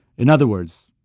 in other words,